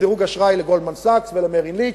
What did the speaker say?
דירוג האשראי ל"גולדמן סאקס" ול"מריל לינץ'",